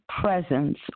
presence